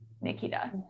Nikita